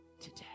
today